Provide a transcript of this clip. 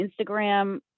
Instagram